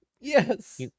Yes